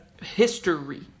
History